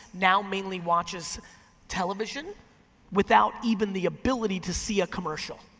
now mainly watches television without even the ability to see a commercial.